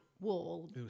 wall